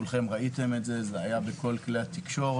כולכם ראיתם את זה, זה היה בכל כלי תקשורת.